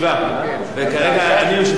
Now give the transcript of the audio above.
וכרגע אני יושב-ראש הישיבה,